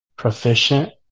proficient